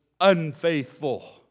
unfaithful